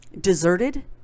deserted